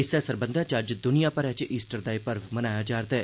इस्सै सरबंधै च अज्ज दुनिया भरै च ईस्टर दा पर्व मनाया जा'रदा ऐ